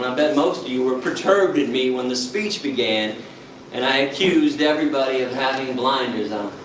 um bet most of you were perturbed at me when the speech began and i accused everybody of having blinders on.